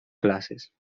classes